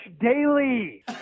daily